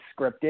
scripted